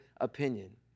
opinion